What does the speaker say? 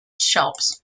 shops